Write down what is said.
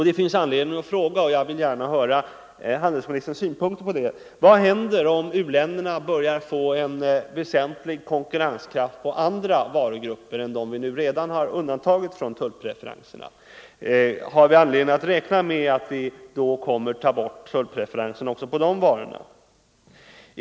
Det finns anledning fråga, och jag vill gärna höra handelsministerns synpunkter på det: Vad händer om u-länderna börjar få en väsentlig konkurrenskraft på andra varugrupper än dem Sverige redan har undantagit från tullpreferenserna? Finns det anledning att räkna med att Sverige då kommer att ta bort tullpreferenserna också på de varorna?